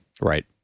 Right